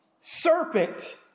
Serpent